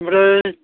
ओमफ्राय